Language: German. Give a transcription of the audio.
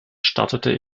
startete